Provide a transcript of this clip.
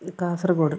Kasaragod